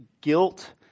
guilt